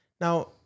Now